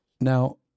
Now